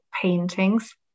paintings